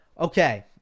Okay